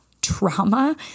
trauma